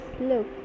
look